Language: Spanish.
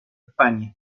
españa